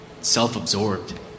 self-absorbed